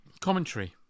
commentary